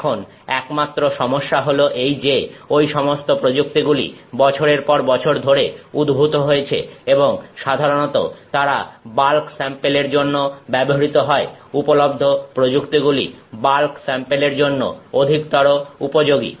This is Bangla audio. এখন একমাত্র সমস্যা হলো এই যে ঐ সমস্ত প্রযুক্তিগুলি বছরের পর বছর ধরে উদ্ভূত হয়েছে এবং সাধারণত তারা বাল্ক স্যাম্পেল এর জন্য ব্যবহৃত হয় উপলব্ধ প্রযুক্তিগুলি বাল্ক স্যাম্পেলের জন্য অধিকতর উপযোগী